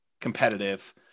competitive